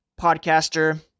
podcaster